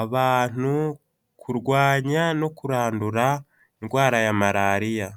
abantu kurwanya no kurandura indwara ya malariya.